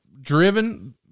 driven